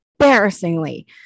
embarrassingly